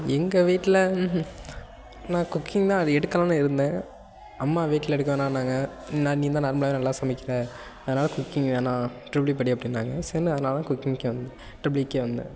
எங்கள் வீட்டில் நான் குக்கிங் தான் அது எடுக்கலாம்னு இருந்தேன் அம்மா வீட்டில் எடுக்க வேணான்னாங்க நான் நீ தான் நார்மலாகவே நல்லா சமைக்கிற அதனால் குக்கிங் வேணாம் ட்ரிபுள் இ படி அப்படின்னாங்க சரின்னு அதனால் குக்கிங்க்கே வந்தேன் ட்ரிபுள் இக்கே வந்தேன்